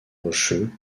rocheux